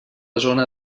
zona